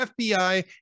FBI